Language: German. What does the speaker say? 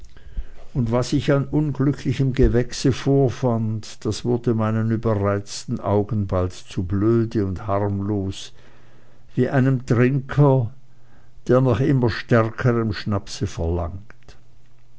und was ich an unglücklichem gewächse vorfand das wurde meinen überreizten augen bald zu blöde und harmlos wie einem trinker der nach immer stärkerm schnapse verlangt